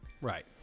Right